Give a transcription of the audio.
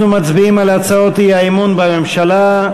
אנחנו מצביעים על הצעות האי-אמון בממשלה.